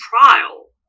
trial